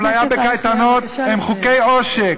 האפליה בקייטנות, הם חוקי עושק.